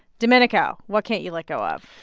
domenico, what can't you let go of?